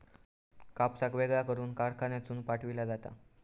कापसाक वेगळा करून कारखान्यातसून पाठविला जाता